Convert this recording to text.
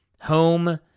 home